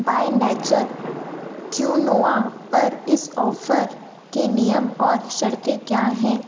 bye nature quinoa पर इस offer के नियम और शर्तें क्या हैं